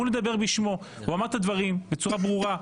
לדבר בשמו והוא אמר את הדברים בצורה ברורה.